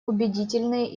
убедительные